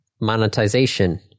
monetization